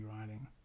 writing